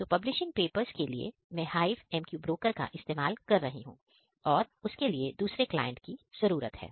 तो publishing purpose के लिए मैं HiveMQ ब्रोकर का इस्तेमाल कर रही हूं और उसके लिए दूसरे क्लाइंट की जरूरत है